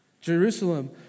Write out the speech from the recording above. Jerusalem